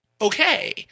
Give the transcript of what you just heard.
okay